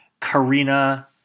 Karina